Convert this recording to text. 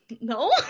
no